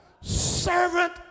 servant